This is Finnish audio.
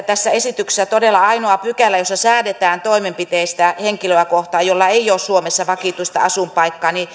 tässä esityksessä todella ainoa pykälä jossa säädetään toimenpiteistä henkilöä kohtaan jolla ei ole suomessa vakituista asuinpaikkaa